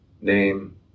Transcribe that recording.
name